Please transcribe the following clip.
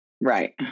Right